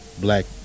black